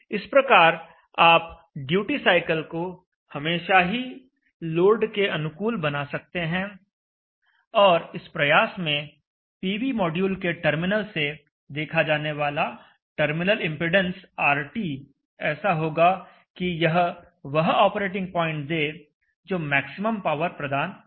इस प्रकार आप ड्यूटी साइकिल को हमेशा ही लोड के अनुकूल बना सकते हैं और इस प्रयास में पीवी मॉड्यूल के टर्मिनल से देखा जाने वाला टर्मिनल इम्पीडेन्स RT ऐसा होगा कि यह वह ऑपरेटिंग प्वाइंट दे जो मैक्सिमम पावर प्रदान कर सके